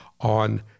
on